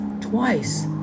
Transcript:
twice